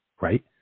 right